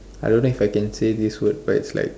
I don't know if I can say this word but it's like